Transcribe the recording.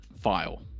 file